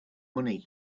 money